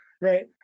Right